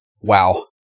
Wow